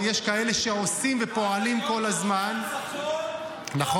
יש כאלה שעושים ופועלים כל הזמן --- תושבי